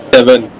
Seven